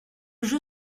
jeu